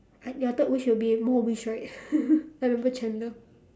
I ya third wish will be more wish right